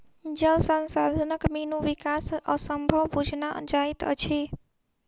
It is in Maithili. जल संसाधनक बिनु विकास असंभव बुझना जाइत अछि